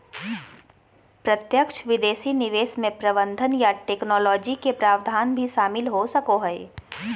प्रत्यक्ष विदेशी निवेश मे प्रबंधन या टैक्नोलॉजी के प्रावधान भी शामिल हो सको हय